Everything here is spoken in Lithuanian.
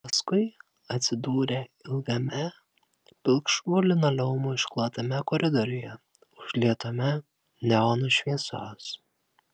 paskui atsidūrė ilgame pilkšvu linoleumu išklotame koridoriuje užlietame neonų šviesos